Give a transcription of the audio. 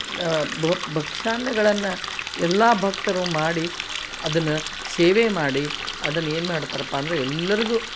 ಭಕ್ಷಾನ್ನಗಳನ್ನು ಎಲ್ಲ ಭಕ್ತರು ಮಾಡಿ ಅದನ್ನು ಸೇವೆ ಮಾಡಿ ಅದನ್ನು ಏನು ಮಾಡ್ತಾರಪ್ಪ ಅಂದರೆ ಎಲ್ಲರಿಗೂ